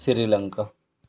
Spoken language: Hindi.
श्रीलंका